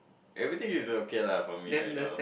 everything is okay lah for me right now